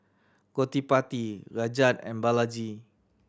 Gottipati Rajat and Balaji